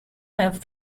have